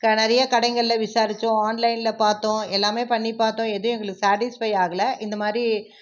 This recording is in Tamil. நிறையா கடைகளில் விசாரித்தோம் ஆன்லைனில் பார்த்தோம் எல்லாமே பண்ணி பார்த்தோம் எதுவும் எங்களுக்கு சாடிஸ்ஃபை ஆகலை இந்த மாதிரி